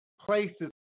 places